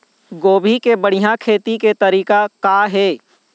गोभी के बढ़िया खेती के तरीका का हे?